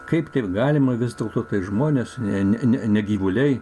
kaip taip galima vis dėlto tai žmonės ne ne ne gyvuliai